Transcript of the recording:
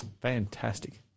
Fantastic